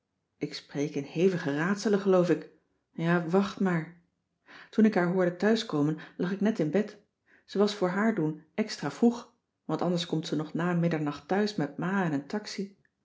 ik spreek in hevige raadselen geloof ik ja wacht maar toen ik haar hoorde thuiskomen lag ik net in bed ze was voor haar doen extra vroeg want anders komt ze nog na middernacht thuis met ma en n taxie